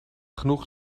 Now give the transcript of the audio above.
genoeg